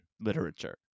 literature